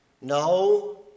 No